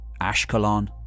Ashkelon